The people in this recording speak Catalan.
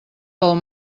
pel